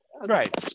Right